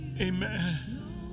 Amen